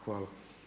Hvala.